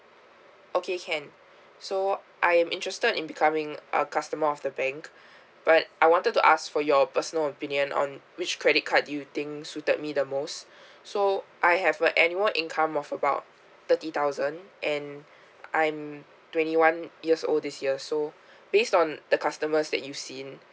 okay can so I'm interested in becoming a customer of the bank but I wanted to ask for your personal opinion on which credit card do you think suited me the most so I have a annual income of about thirty thousand and I'm twenty one years old this year so based on the customers that you've seen